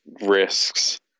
risks